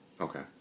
Okay